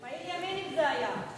פעיל ימין, אם זה היה,